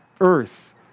earth